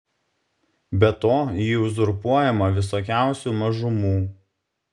be to ji uzurpuojama visokiausių mažumų